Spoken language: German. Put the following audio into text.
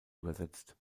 übersetzt